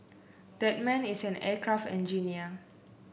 that man is an aircraft engineer